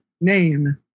name